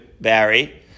Barry